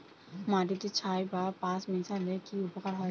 মাটিতে ছাই বা পাঁশ মিশালে কি উপকার হয়?